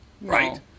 right